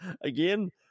again